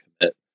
commit